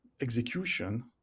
execution